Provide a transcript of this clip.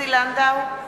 עוזי לנדאו,